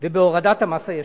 ובהורדת המס הישיר,